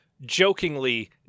jokingly